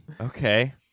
Okay